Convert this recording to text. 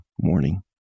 morning